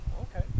okay